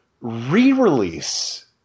re-release